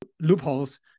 loopholes